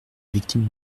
victime